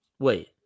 Wait